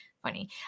funny